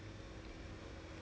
got a few lah ya